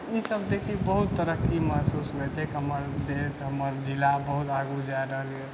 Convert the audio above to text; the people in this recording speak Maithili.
ई सब देखि बहुत तरक्की महसूस होइ छै की हमर देश हमर जिला बहुत आगू जा रहल यऽ